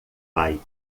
pai